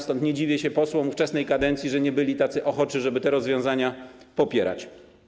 Stąd nie dziwię się posłom w ówczesnej kadencji, że nie byli tacy ochoczy, żeby te rozwiązania popierać.